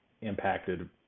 impacted